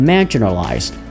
Marginalized